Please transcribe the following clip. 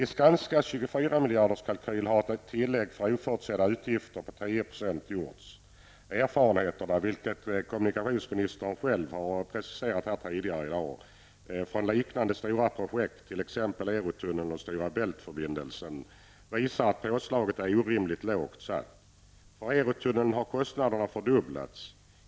I Skanskas 24-miljarderskalkyl har ett tillägg för oförutsedda utgifter på 10 % gjorts. Som kommunikationsministern sade visar erfarenheterna från liknande stora projekt, t.ex. Eurotunneln och Stora Bält-förbindelsen, att påslaget är orimligt lågt satt. För Eurotunneln har kostnaderna fördubblats.